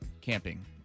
camping